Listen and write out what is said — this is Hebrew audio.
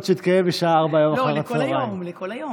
שיתקיים היום בשעה 16:00. זו הקדמה לכל היום.